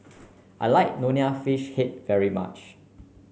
I like Nonya Fish Head very much